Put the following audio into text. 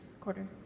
quarter